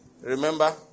Remember